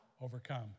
overcome